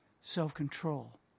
self-control